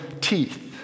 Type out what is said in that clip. teeth